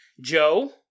Joe